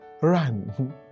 run